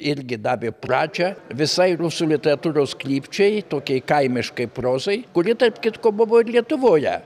irgi davė pradžią visai rusų literatūros krypčiai tokiai kaimiškai prozai kuri tarp kitko buvo ir lietuvoje